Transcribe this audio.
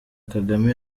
kagame